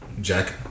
jack